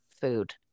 food